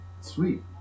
Sweet